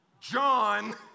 John